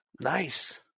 Nice